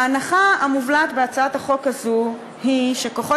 ההנחה המובלעת בהצעת החוק הזו היא שכוחות